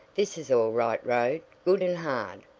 this is all right road good and hard,